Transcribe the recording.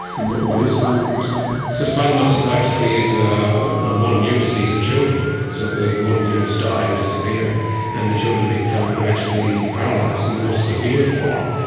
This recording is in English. and what what is spinal muscular atrophy? so spinal muscular atrophy is a motor neuron disease of children. so the motor neurons die and disappear and the children become gradually paralysed. and the most severe form,